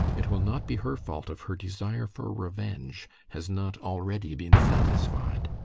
it will not be her fault if her desire for revenge has not already been satisfied.